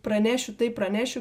pranešiu tai pranešiu